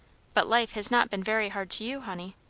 but life has not been very hard to you, honey.